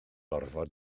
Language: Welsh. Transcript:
orfod